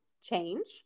change